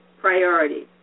priorities